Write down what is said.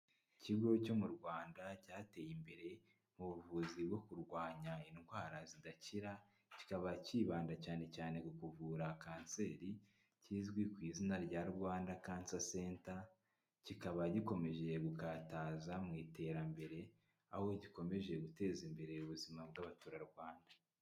Ikigo cyo mu Rwanda cyateye imbere mu buvuzi bwo kurwanya indwara zidakira, kikaba kibanda cyane cyane ku kuvura kanseri, kizwi ku izina rya Rwanda kansa senta, kikaba gikomeje gukataza mu iterambere aho gikomeje guteza imbere ubuzima bw'abaturarwanda.